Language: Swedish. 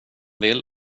vill